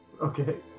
Okay